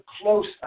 close